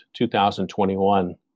2021